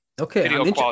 Okay